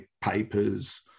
papers